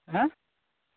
आयँ